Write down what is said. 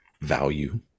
value